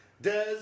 Des